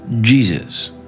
Jesus